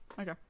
Okay